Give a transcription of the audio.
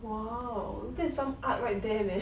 !wow! that's some art right there man